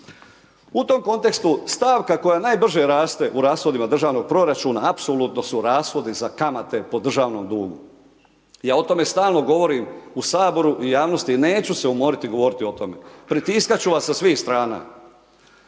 U tom kontekstu stavka koja najbrže raste u rashodima Državnog proračuna apsolutno su rashodi za kamate po državnom dugu, ja o tome stalno govorim u saboru, u javnosti neću se umoriti govoriti o tome. Pritiskat ću vas sa svih strana,